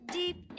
deep